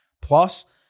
plus